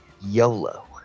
YOLO